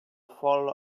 fall